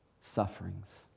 sufferings